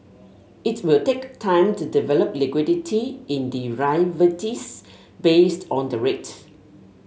it will take time to develop liquidity in derivatives based on the rate